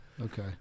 Okay